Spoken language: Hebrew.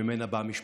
שממנה באה משפחתי.